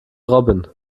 robin